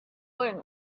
wearing